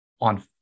on